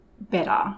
better